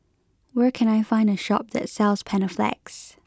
where can I find a shop that sells Panaflex